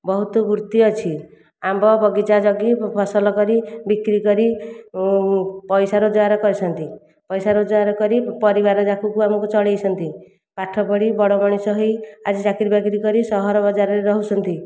ବହୁତ ବୃତ୍ତି ଅଛି ଆମ୍ବ ବଗିଚା ଜଗି ଫସଲ କରି ବିକ୍ରି କରି ପଇସା ରୋଜଗାର କରିଛନ୍ତି ପଇସା ରୋଜଗାର କରି ପରିବାର ଜକକୁ ଆମକୁ ଚଳାଇଛନ୍ତି ପାଠପଢ଼ି ବଡ଼ ମଣିଷ ହୋଇ ଆଜି ଚାକିରୀ ବାକିରି କରି ସହର ବଜାରରେ ରହୁଛନ୍ତି